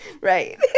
Right